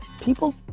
People